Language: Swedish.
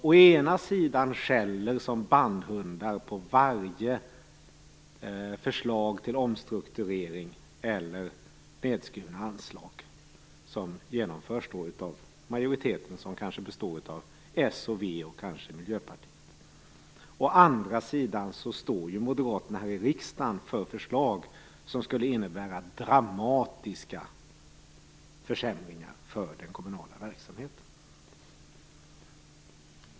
Å ena sidan skäller de som bandhundar på varje förslag till omstrukturering eller nedskurna anslag, som genomförs av majoriteten som kanske består av s och v och Å andra sidan står Moderaterna här i riksdagen för förslag som skulle innebära dramatiska försämringar för den kommunala verksamheten.